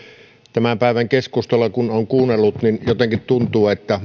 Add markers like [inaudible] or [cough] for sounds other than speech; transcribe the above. tämän päivän keskustelua kun on kuunnellut niin jotenkin tuntuu että [unintelligible]